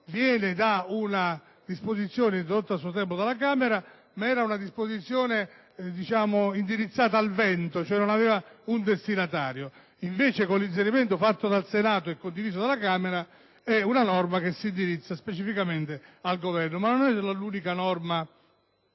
Proviene da una disposizione introdotta a suo tempo dalla Camera, che era per così dire indirizzata al vento, senza destinatario. Invece, con l'inserimento fatto dal Senato e condiviso dalla Camera è divenuta norma indirizzata specificamente al Governo, ma non è l'unica che